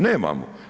Nemamo.